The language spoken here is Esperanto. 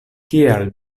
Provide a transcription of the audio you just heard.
kial